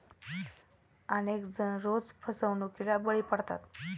अनेक जण रोज फसवणुकीला बळी पडतात